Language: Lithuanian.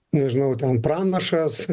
nežinau ten pranašas